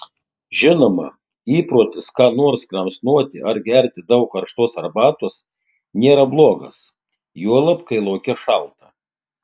žinoma įprotis ką nors kramsnoti ar gerti daug karštos arbatos nėra blogas juolab kai lauke šalta